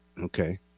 Okay